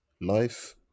Life